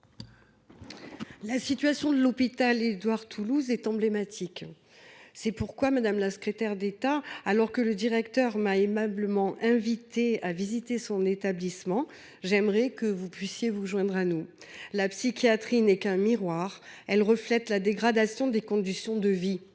La situation de l’hôpital Édouard Toulouse est emblématique. C’est pourquoi, madame la secrétaire d’État, son directeur m’ayant aimablement invitée à visiter son établissement, j’aimerais que vous vous joigniez à nous. La psychiatrie n’est qu’un miroir qui reflète la dégradation des conditions de vie.